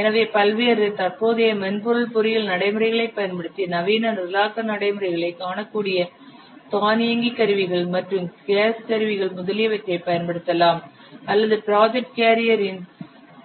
எனவே பல்வேறு தற்போதைய மென்பொருள் பொறியியல் நடைமுறைகளைப் பயன்படுத்தி நவீன நிரலாக்க நடைமுறைகளை காணக்கூடிய தானியங்கி கருவிகள் மற்றும் கேஸ் கருவிகள் முதலியனவற்றை பயன்படுத்தலாம் அல்லது ப்ராஜெக்ட் கேரியரின்